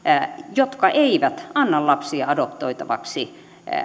jotka eivät anna lapsia adoptoitavaksi